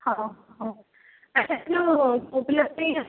ହଁ ହଉ ଆଜ୍ଞା ଯେଉଁ ପୁଅ ପିଲା ପାଇଁ